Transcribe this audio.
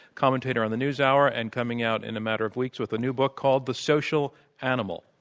commentator on the newshour, and coming out in a matter of weeks with a new book called the social animal.